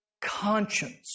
conscience